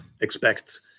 expect